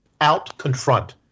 out-confront